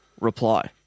reply